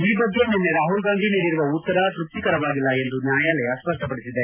ಈ ಬಗ್ಗೆ ನಿನ್ನೆ ರಾಹುಲ್ಗಾಂಧಿ ನೀಡಿರುವ ಉತ್ತರ ತೃಪ್ತಿಕರವಾಗಿಲ್ಲ ಎಂದು ನ್ಯಾಯಾಲಯ ಸ್ಪಷ್ಟಪಡಿಸಿದೆ